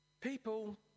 People